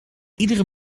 iedere